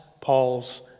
Paul's